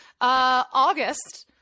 August